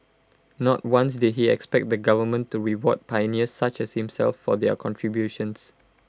not once did he expect the government to reward pioneers such as himself for their contributions